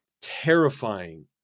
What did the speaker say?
terrifying